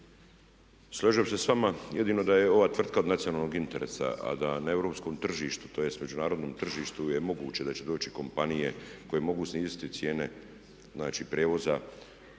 složio bih se sa vama jedino da je ova tvrtka od nacionalnog interesa a da na europskom tržištu, tj. međunarodnom tržištu je moguće da će doći kompanije koje mogu sniziti cijene,